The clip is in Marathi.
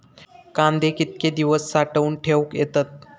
कांदे कितके दिवस साठऊन ठेवक येतत?